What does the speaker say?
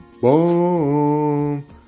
BOOM